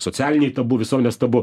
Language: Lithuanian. socialiniai tabu visuomenės tabu